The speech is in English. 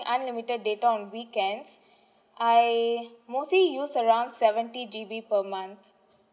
unlimited data on weekends I mostly use around seventy G_B per month